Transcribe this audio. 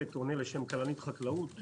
העסק עונה לשם "קרנית חקלאות".